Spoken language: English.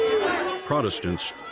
Protestants